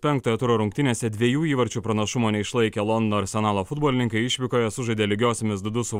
penktojo turo rungtynėse dviejų įvarčių pranašumo neišlaikė londono arsenalo futbolininkai išvykoje sužaidė lygiosiomis du du su